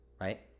Right